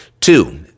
Two